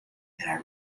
and